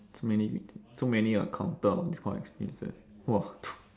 so many so many encounter of this kind of experiences !wah!